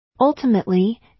Ultimately